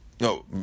no